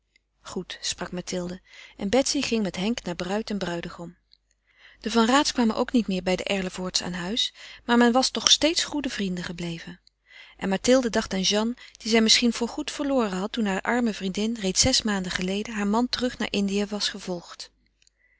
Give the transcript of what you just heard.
goed sprak mathilde en betsy ging met henk naar bruid en bruidegom de van raats kwamen ook niet meer bij de erlevoorts aan huis maar men was toch steeds goede vrienden gebleven en mathilde dacht aan jeanne die zij misschien voor goed verloren had toen hare arme vriendin reeds zes maanden geleden haar man terug naar indië was gevolgd